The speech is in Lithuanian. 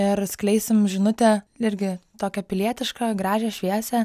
ir skleisim žinutę irgi tokią pilietišką gražią šviesią